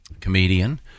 comedian